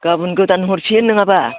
गाबोन गोदान हरफिन नङाब्ला